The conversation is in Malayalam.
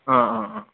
ആ ആ ആ